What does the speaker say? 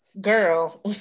girl